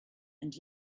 and